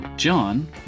John